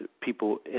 people